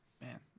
Man